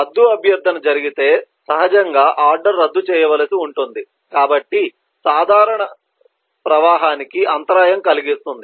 రద్దు అభ్యర్థన జరిగితే సహజంగా ఆర్డర్ రద్దు చేయవలసి ఉంటుంది కాబట్టి సాధారణ ప్రవాహానికి అంతరాయం కలిగిస్తుంది